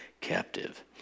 captive